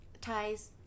ties